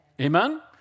Amen